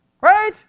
right